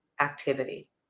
activity